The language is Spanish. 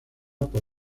por